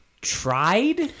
Tried